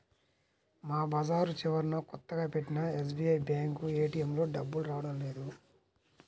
మా బజారు చివరన కొత్తగా పెట్టిన ఎస్బీఐ బ్యేంకు ఏటీఎంలో డబ్బులు రావడం లేదు